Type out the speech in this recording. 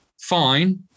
fine